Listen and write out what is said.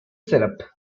syrup